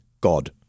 god